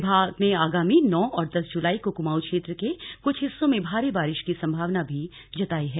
विभाग ने आगामी नौ और दस जुलाई को कुमांऊ क्षेत्र के कुछ हिस्सों में भारी बारिश की संभावना भी जताई है